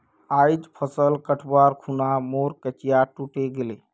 आइज फसल कटवार खूना मोर कचिया टूटे गेले